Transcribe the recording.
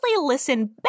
listen